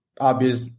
obvious